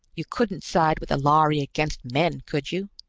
you couldn't side with the lhari against men, could you?